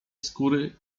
skóry